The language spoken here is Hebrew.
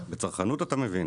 בצרכנות אתה מבין.